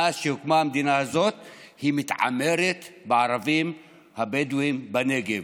מאז שהוקמה המדינה הזאת היא מתעמרת בערבים הבדואים בנגב.